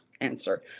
answer